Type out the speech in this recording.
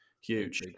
Huge